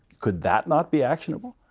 could that not be actionable?